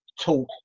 talk